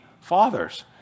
fathers